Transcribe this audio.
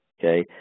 okay